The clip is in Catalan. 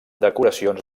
decoracions